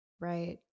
right